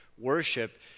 worship